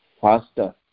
faster